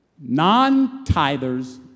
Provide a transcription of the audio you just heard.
Non-tithers